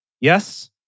yes